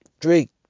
Drink